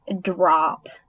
drop